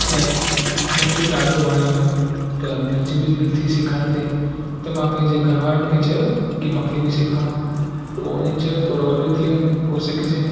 ऐं मूंखे उहो ॾाढो वणियो हुओ त मुंहिंजी बि दिलि थी सिखण ते त मां पंहिंजे घर वारनि खे चयो की मांखे बि सिखिणो आहे पोइ उन्हनि चयो थोरो वॾो थी वञ पोइ सिखिजे